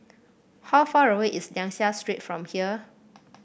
how far away is Liang Seah Street from here